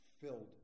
filled